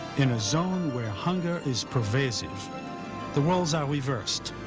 in a zone where hunger is pervasive the worlds are reversed.